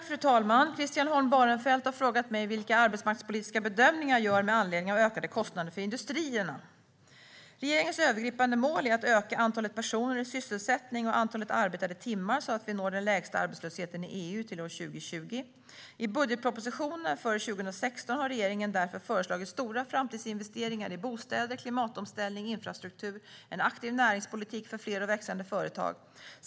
Fru talman! Christian Holm Barenfeld har frågat mig vilka arbetsmarknadspolitiska bedömningar jag gör med anledning av ökade kostnader för industrierna. Regeringens övergripande mål är att öka antalet personer i sysselsättning och antalet arbetade timmar så att vi når den lägsta arbetslösheten i EU till år 2020. I budgetpropositionen för 2016 har regeringen därför föreslagit stora framtidsinvesteringar i bostäder, klimatomställning, infrastruktur och en aktiv näringspolitik för fler och växande företag.